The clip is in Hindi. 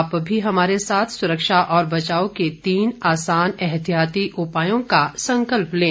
आप भी हमारे साथ सुरक्षा और बचाव के तीन आसान एहतियाती उपायों का संकल्प लें